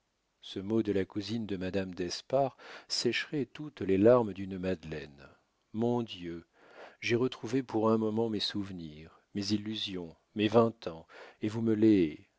ce mot de la cousine de madame d'espard sécherait toutes les larmes d'une madeleine mon dieu j'ai retrouvé pour un moment mes souvenirs mes illusions mes vingt ans et vous me les